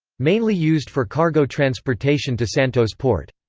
mainly used for cargo transportation to santos port.